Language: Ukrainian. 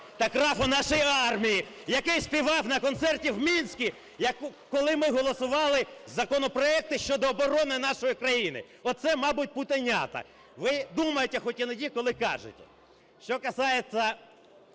та крав у нашої армії, який співав на концерті в Мінську, коли ми голосували законопроекти щодо оборони нашої країни. Оце, мабуть, "путінята". Ви думайте хоть іноді, коли кажете. Що касается